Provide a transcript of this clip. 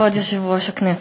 כבוד יושב-ראש הכנסת,